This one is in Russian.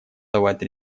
давать